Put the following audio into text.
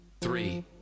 three